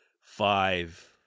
five